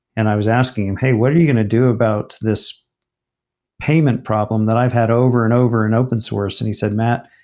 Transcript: and i was asking him, hey, what are you going to do about this payment problem that i've had over and over in and open source? and he said, matt,